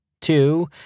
two